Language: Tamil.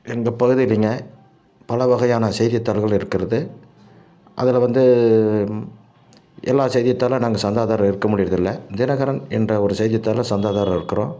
எங்கள் பகுதிலிங்க பலவகையான செய்தித்தாள்கள் இருக்கிறது அதில் வந்து எல்லா செய்தித்தாளும் நாங்கள் சந்தாதாரராக இருக்க முடியிறதில்லை தினகரன் என்ற ஒரு செய்தித்தாளில் சந்தாதாரராக இருக்குறோம்